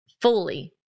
fully